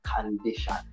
condition